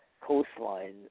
Coastline